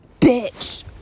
bitch